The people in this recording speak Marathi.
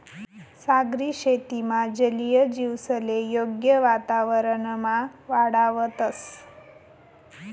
सागरी शेतीमा जलीय जीवसले योग्य वातावरणमा वाढावतंस